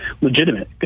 legitimate